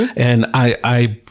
and i,